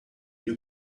you